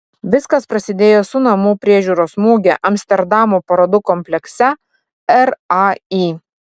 viskas prasidėjo su namų priežiūros muge amsterdamo parodų komplekse rai